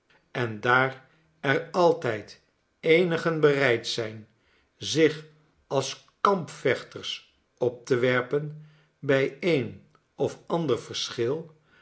en daar er altijd eenigen bereid zijn zich als kampvechters op te werpen bij een of ander verschil